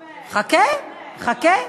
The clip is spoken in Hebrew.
חכה, חכה.